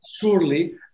surely